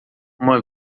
uma